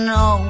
no